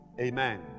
Amen